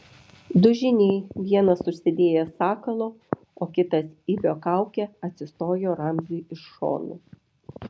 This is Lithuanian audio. du žyniai vienas užsidėjęs sakalo o kitas ibio kaukę atsistojo ramziui iš šonų